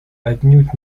отнюдь